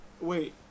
Wait